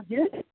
हजुर